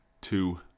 two